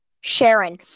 Sharon